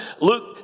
Luke